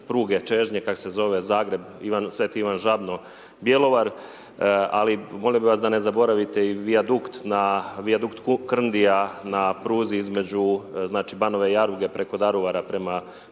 pruge, čežnje kako se zove, Zagreb, Sveti Ivan Žabno-Bjelovar. Ali molio bih vas da ne zaboravite i vijadukt na, vijadukt Krndija na pruzi između znači Banove Jaruge preko Daruvara, prema